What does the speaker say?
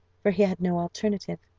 for he had no alternative.